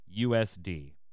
USD